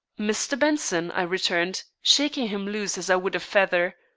mr. benson, i returned, shaking him loose as i would a feather,